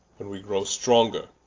when wee grow stronger,